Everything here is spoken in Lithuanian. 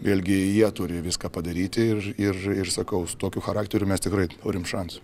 vėlgi jie turi viską padaryti ir ir ir sakau su tokiu charakteriu mes tikrai turim šansų